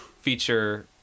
feature